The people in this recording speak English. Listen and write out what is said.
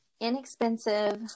inexpensive